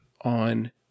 on